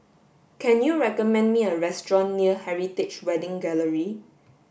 can you recommend me a restaurant near Heritage Wedding Gallery